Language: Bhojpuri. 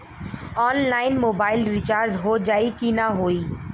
ऑनलाइन मोबाइल रिचार्ज हो जाई की ना हो?